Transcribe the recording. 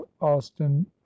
austin